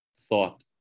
thought